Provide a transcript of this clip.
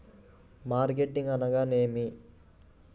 Marketing అనగానేమి?